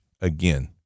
again